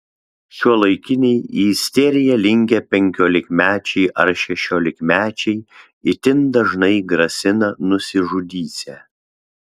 šiuolaikiniai į isteriją linkę penkiolikmečiai ar šešiolikmečiai itin dažnai grasina nusižudysią